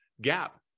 gap